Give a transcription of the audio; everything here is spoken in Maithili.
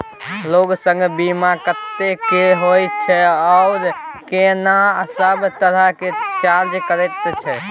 लोन संग बीमा कत्ते के होय छै आ केना सब तरह के चार्ज कटै छै?